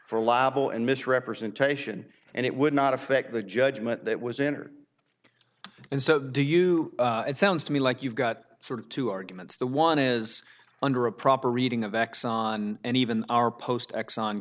allowable and misrepresentation and it would not affect the judgment that was entered and so do you it sounds to me like you've got sort of two arguments the one is under a proper reading of exxon and even our post exxon